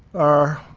our.